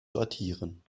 sortieren